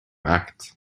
act